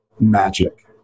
magic